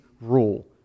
rule